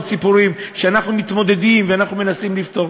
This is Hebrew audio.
סיפורים: אנחנו מתמודדים ואנחנו מנסים לפתור.